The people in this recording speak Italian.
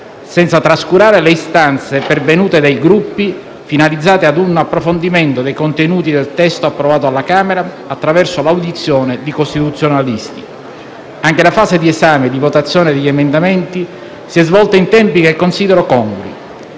senza trascurare le istanze, pervenute dai Gruppi, finalizzate a un approfondimento dei contenuti del testo approvato dalla Camera, attraverso l'audizione di costituzionalisti. Anche la fase di esame e di votazione degli emendamenti si è svolta in tempi che considero congrui.